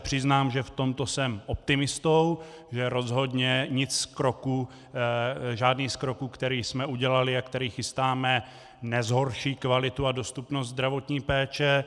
Přiznám se, že v tomto jsem optimistou, že rozhodně žádný z kroků, který jsme udělali, jak tady chystáme, nezhorší kvalitu a dostupnost zdravotní péče.